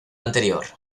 anterior